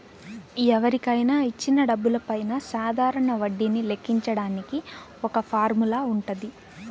ఎవరికైనా ఇచ్చిన డబ్బులపైన సాధారణ వడ్డీని లెక్కించడానికి ఒక ఫార్ములా వుంటది